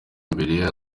mbere